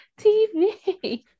TV